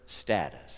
status